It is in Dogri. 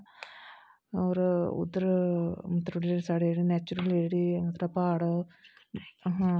और उद्धर उद्धर साढ़े जेहडे़ नेचरुल प्हाड़ हा